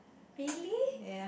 really